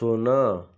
ଶୂନ